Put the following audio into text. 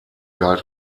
galt